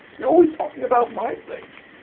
you are always talking about my place!